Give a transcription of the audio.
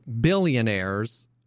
billionaires